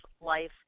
life